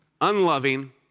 unloving